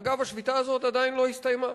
אגב, השביתה הזאת עדיין לא הסתיימה,